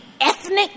ethnic